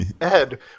Ed